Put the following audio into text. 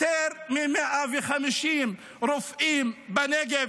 יותר מ-150 רופאים בנגב,